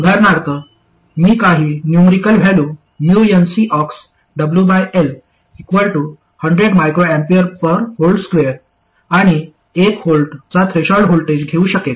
उदाहरणार्थ मी काही numerical value nCox100 µA V2 आणि 1 V चा थ्रेशोल्ड व्होल्टेज घेऊ शकेन